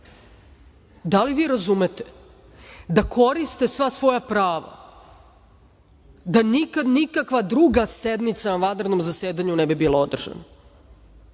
Da li vi razumete, da koriste sva svoja prava, da nikad nikakva druga sednica u vanrednom zasedanju ne bi bila održana?